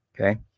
Okay